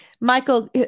Michael